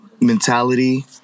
mentality